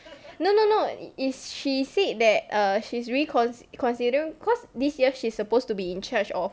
no no no is she said that err she's reconsi~ consider cause this year she is supposed to be in charge of